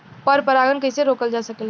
पर परागन कइसे रोकल जा सकेला?